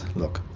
look,